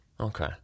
Okay